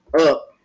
up